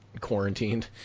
quarantined